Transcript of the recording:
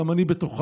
גם אני בתוכם,